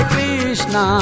Krishna